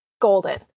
golden